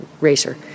racer